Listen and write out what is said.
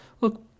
look